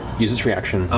used its reaction,